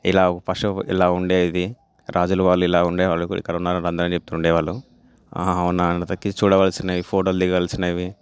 ఇలా ఫస్ట్ ఇలా ఉండేది రాజుల వాళ్ళు ఇలా ఉండేవాళ్ళు ఇక్కడున్నారు అని అందరికీ చెప్తుండే వాళ్ళు చూడవలసినవి ఫోటోలు దిగాల్సినవి